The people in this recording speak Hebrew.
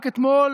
רק אתמול